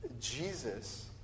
Jesus